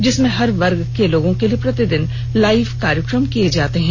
जिसमें हर वर्ग के लोगों के लिए प्रतिदिन लाइव कार्यक्रम किया जाता है